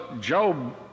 Job